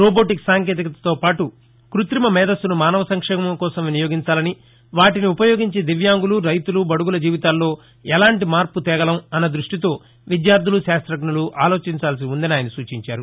robotic సాంకేతిక తో పాటు కృతిమ మేధస్సును మానవ సంస్మేమం కోసం వినియోగించాలని వాటిని ఉపయోగించి దివ్యాన్గలు రైతులు బడుగుల జీవితాల్లో ఎలాంటి మార్పు తేగలం అన్న దృష్టితోవిద్యార్దులు శాస్తజ్ఞులు ఆలోచించాల్సి వుందని ఆయన సూచించారు